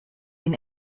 den